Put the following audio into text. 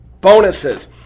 bonuses